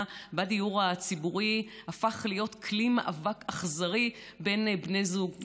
בדיור הציבורי הפך להיות כלי מאבק אכזרי בין בני זוג,